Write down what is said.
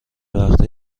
وقتا